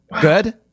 good